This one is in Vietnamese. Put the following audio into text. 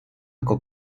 của